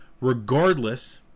regardless